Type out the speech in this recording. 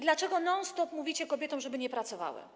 Dlaczego non stop mówicie kobietom, żeby nie pracowały?